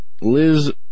Liz